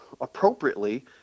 appropriately